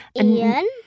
Ian